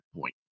point